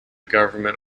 government